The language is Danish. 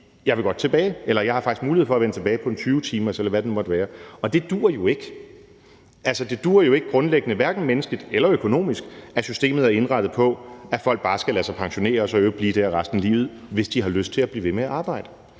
for så at sige: Jeg har faktisk mulighed for at vende tilbage på 20 timer, eller hvad det nu måtte være. Og det duer jo ikke. Det duer jo grundlæggende ikke, hverken menneskeligt eller økonomisk, at systemet er indrettet på, at folk bare skal lade sig pensionere og så i øvrigt blive der resten af livet, hvis de har lyst til at blive ved med at arbejde.